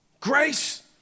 Grace